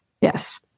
Yes